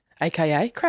aka